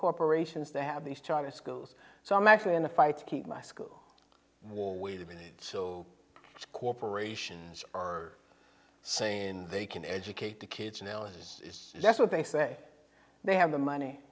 corporations that have these charter schools so i'm actually in a fight keep my school wall wait a minute saw corporations saying they can educate the kids analysis that's what they say they have the money